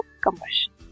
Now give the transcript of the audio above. combustion